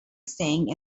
staying